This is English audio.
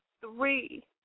three